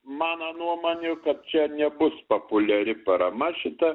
mano nuomonė kad čia nebus populiari parama šita